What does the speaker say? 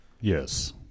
Yes